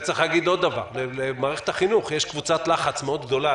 צריך להגיד עוד דבר: למערכת החינוך יש קבוצת לחץ גדולה מאוד,